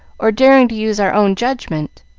or daring to use our own judgment.